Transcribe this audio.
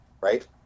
right